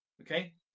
Okay